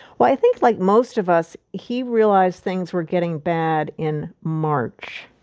well, i think like most of us, he realized things were getting bad in march.